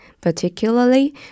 Particularly